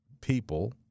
people